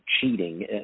cheating